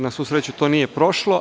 Na svu sreću to nije prošlo.